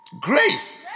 Grace